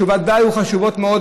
שוודאי הן חשובות מאוד,